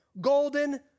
golden